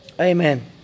Amen